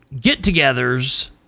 get-togethers